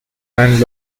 and